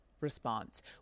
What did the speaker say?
response